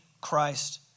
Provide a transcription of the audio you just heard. Christ